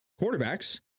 quarterbacks